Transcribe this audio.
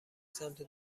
سمت